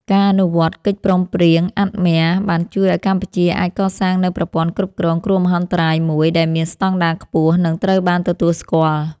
ការអនុវត្តកិច្ចព្រមព្រៀងអាត់ម៊ែរ(AADMER) បានជួយឱ្យកម្ពុជាអាចកសាងនូវប្រព័ន្ធគ្រប់គ្រងគ្រោះមហន្តរាយមួយ ដែលមានស្តង់ដារខ្ពស់ និងត្រូវបានទទួលស្គាល់។